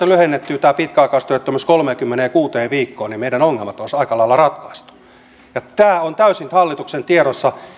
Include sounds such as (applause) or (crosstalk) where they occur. (unintelligible) lyhennettyä tämän pitkäaikaistyöttömyyden kolmeenkymmeneenkuuteen viikkoon niin meillä ongelmat olisi aika lailla ratkaistu tämä on täysin hallituksen tiedossa